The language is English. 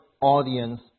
audience